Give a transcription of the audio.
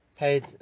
paid